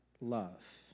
love